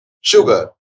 sugar